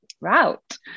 route